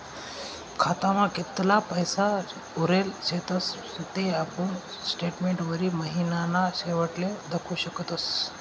खातामा कितला पैसा उरेल शेतस ते आपुन स्टेटमेंटवरी महिनाना शेवटले दखु शकतस